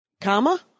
comma